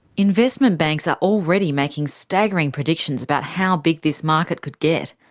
investment banks are already making staggering predictions about how big this market could get.